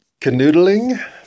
canoodling